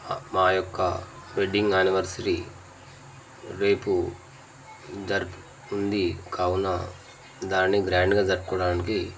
మా యొక్క wedding anniversary రేపు జరుపు ఉంది కావున దానిని గ్రాండ్గా జరుపుకోవడానికి